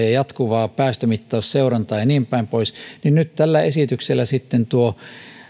ja jatkuvaa päästömittausseurantaa ja niinpäin pois niin nyt tällä esityksellä sitten tuo